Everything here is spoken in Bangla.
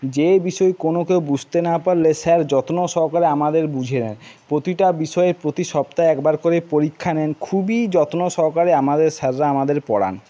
যে বিষয় কোনো কেউ বুঝতে না পারলে স্যার যত্ন সহকারে আমাদের বুঝিয়ে দেন প্রতিটা বিষয়ে প্রতি সপ্তাহয় একবার করে পরীক্ষা নেন খুবই যত্ন সহকারে আমাদের স্যাররা আমাদের পড়ান